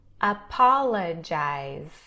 apologize